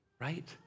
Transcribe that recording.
right